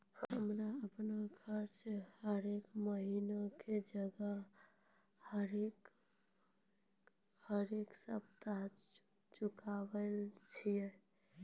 हम्मे अपनो कर्जा हरेक महिना के जगह हरेक सप्ताह चुकाबै छियै